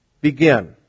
begin